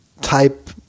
type